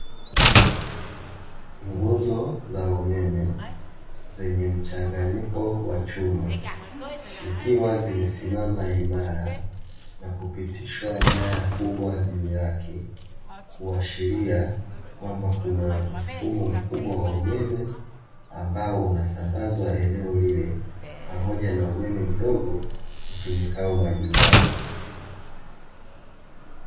Nguzo za umeme zenye mchanganyiko wa chuma zimesimama imara na kupitishwa nyaya kubwa juu yake kuwashilia kwamba kuna mfumo mkubwa wa umeme, ambao unasambazwa eneo lile pamoja na umeme mdogo tumekao majumbani.